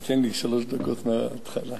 אתם מובילים את כולנו למה שאתם מובילים.